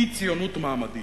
היא ציונות מעמדית: